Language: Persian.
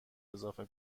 اضافه